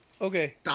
Okay